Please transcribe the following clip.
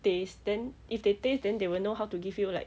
taste then if they taste then they will know how to give you like